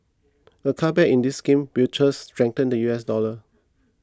a cutback in this scheme will trust strengthen the U S dollar